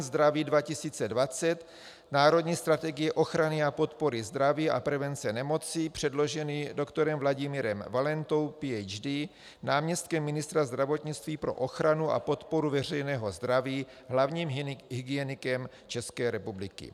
Zdraví 2020 Národní strategii ochrany a podpory zdraví a prevence nemocí předložený doktorem Vladimírem Valentou, PhD., náměstkem ministra zdravotnictví pro ochranu a podporu veřejného zdraví, hlavním hygienikem České republiky.